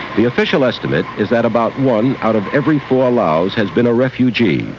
the official estimate is that about one out of every four laos has been a refugee,